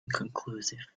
inconclusive